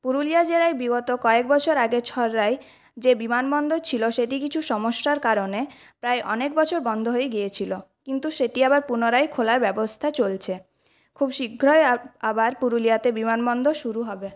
পুরুলিয়া জেলায় বিগত কয়েক বছর আগে ছড়ড়ায় যে বিমানবন্দর ছিল সেটি কিছু সমস্যার কারণে প্রায় অনেক বছর বন্ধ হয়ে গিয়েছিল কিন্তু সেটি আবার পুনরায় খোলার ব্যবস্থা চলছে খুব শীঘ্রই আর আবার পুরুলিয়াতে বিমানবন্দর শুরু হবে